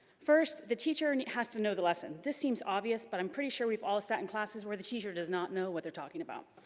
first, the teacher and has to know the lesson. this seems obvious, but i'm pretty sure we've all sat in classes where the teacher does not know what they're talking about.